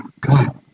God